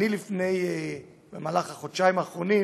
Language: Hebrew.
בחודשיים האחרונים